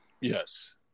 Yes